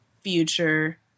future